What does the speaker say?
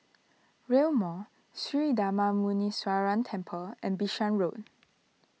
Rail Mall Sri Darma Muneeswaran Temple and Bishan Road